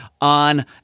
on